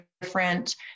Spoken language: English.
different